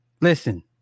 listen